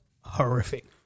horrific